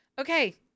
Okay